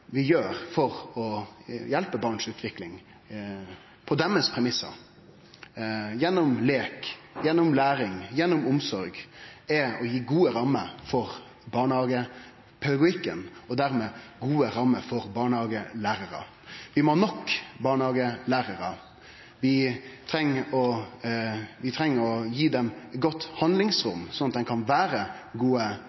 vi gjer for å hjelpe barns utvikling på deira premissar gjennom leik, gjennom læring, gjennom omsorg, er å gje gode rammer for barnehagepedagogikken, og dermed gode rammer for barnehagelærarar. Vi må ha nok barnehagelærarar. Vi treng å gje dei godt handlingsrom, sånn at dei